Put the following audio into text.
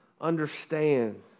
understand